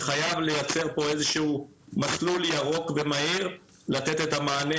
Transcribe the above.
וחייב לייצר פה איזה שהוא מסלול ירוק ומהיר לתת את המענה,